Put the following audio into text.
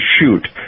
shoot